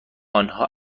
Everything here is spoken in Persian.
آنها